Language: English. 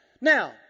Now